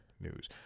news